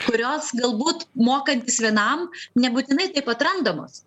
kurios galbūt mokantis vienam nebūtinai taip atrandamos